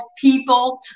people